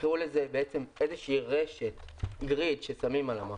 יקראו לזה רשת (grid) ששמים על המפה.